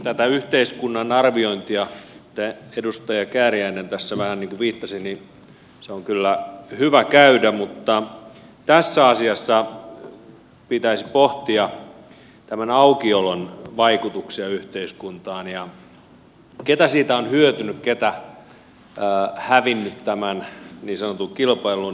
tätä yhteiskunnan arviointia mihin edustaja kääriäinen tässä vähän niin kuin viittasi on kyllä hyvä käydä mutta tässä asiassa pitäisi pohtia tämän aukiolon vaikutuksia yhteiskuntaan ja sitä ketkä siitä ovat hyötyneet ketkä hävinneet tämän niin sanotun kilpailun